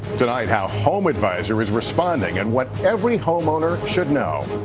tonight how home advisor is responding and what every homeowner should know.